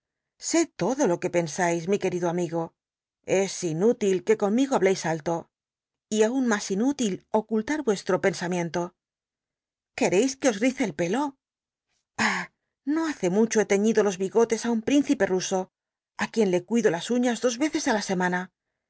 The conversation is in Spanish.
sé lodo lo que pensais mi querido amigo es inútil que conmigo hableis alto y aun mas inútil ocult u nrcslro pensamiento qucreis que os rice el pelo ah no hace mucho he leiíido los bigotes ti un pdncipe ruso ü juien le cuido las uiías dos i'cces i la semana